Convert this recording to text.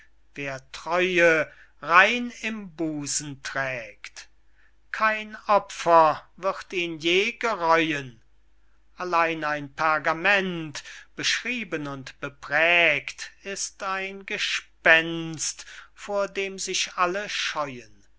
wer treue rein im busen trägt kein opfer wird ihn je gereuen allein ein pergament beschrieben und beprägt ist ein gespenst vor dem sich alle scheuen